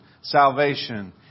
Salvation